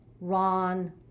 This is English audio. Ron